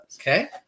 Okay